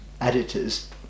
editors